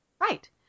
Right